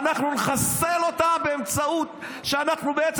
אנחנו נחסל אותם באמצעות זה שאנחנו בעצם